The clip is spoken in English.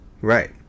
Right